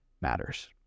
matters